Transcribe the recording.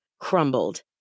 crumbled